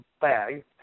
bag